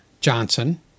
Johnson